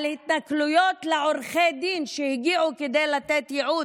על התנכלויות לעורכי הדין שהגיעו כדי לתת ייעוץ,